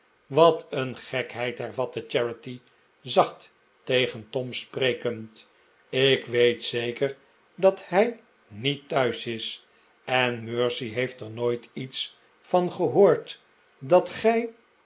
wat een gekheid hervatte charity zacht tegen tom sprekend ik weet zeker dat hij niet thuis is en mercy heeft er nooit iets van gehoord dat gij